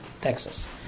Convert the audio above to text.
Texas